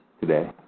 today